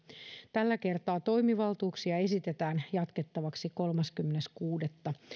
tällä kertaa toimivaltuuksia esitetään jatkettavaksi kolmaskymmenes kuudetta